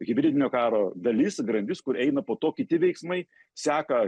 hibridinio karo dalis grandis kur eina po to kiti veiksmai seka